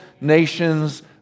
nations